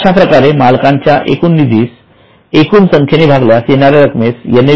अश्याप्रकारे मालकांच्या एकूण निधीस एकूण संख्येने भागल्यास येणाऱ्या रक्कमेस एन